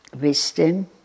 wisdom